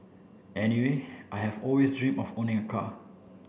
anyway I have always dream of owning a car